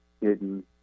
hidden